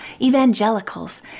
Evangelicals